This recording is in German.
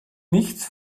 nichts